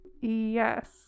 Yes